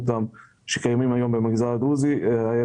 שקיימות היום במגזר הדרוזי ומפתחים אותן.